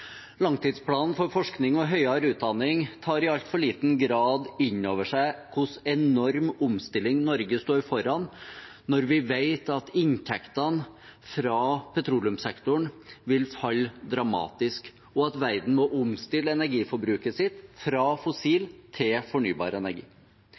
Langtidsplanen for forskning og høyere utdanning tar i altfor liten grad inn over seg hvor enorm omstilling Norge står foran, når vi vet at inntektene fra petroleumssektoren vil falle dramatisk, og at verden må omstille energiforbruket sitt fra fossil